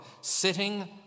sitting